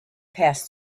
passed